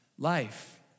life